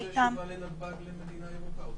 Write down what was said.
שהוא עושה כשהוא בא לנתב"ג למדינה ירוקה.